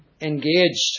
engaged